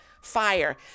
fire